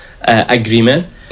Agreement